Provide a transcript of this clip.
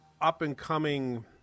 up-and-coming